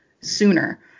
sooner